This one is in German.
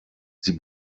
sie